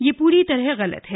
यह प्री तरह गलत है